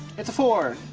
it's a four.